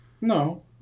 No